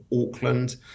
Auckland